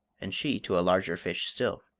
and she to a larger fish still.